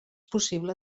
possible